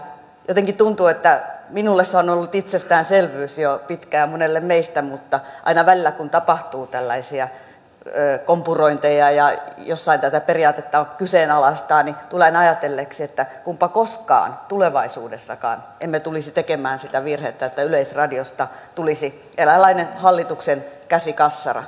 jotenkin tuntuu että minulle se on ollut itsestäänselvyys jo pitkään ja monelle meistä mutta aina välillä kun tapahtuu tällaisia kompurointeja ja jossain tätä periaatetta kyseenalaistetaan tulen ajatelleeksi että kunpa koskaan tulevaisuudessakaan emme tulisi tekemään sitä virhettä että yleisradiosta tulisi eräänlainen hallituksen käsikassara